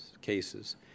cases